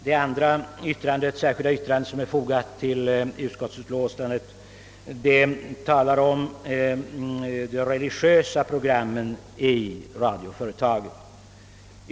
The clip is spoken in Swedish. Det andra särskilda yttrandet som jag undertecknat handlar om de religiösa programmen i radio och TV.